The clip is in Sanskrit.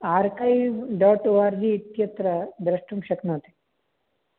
archive dot O R G इत्यत्र द्रष्टुं शक्नोति